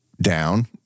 Down